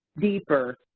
deeper,